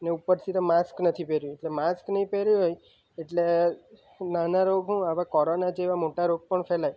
ને ઉપરથી માસ્ક નથી પહેર્યું માસ્ક નહીં પહેર્યું હોય એટલે નાના રોગો આવા કોરોના જેવા મોટા રોગ પણ ફેલાય